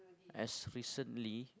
as recently